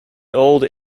old